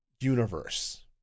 universe